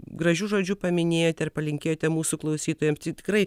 gražiu žodžiu paminėjote ir palinkėjote mūsų klausytojams tikrai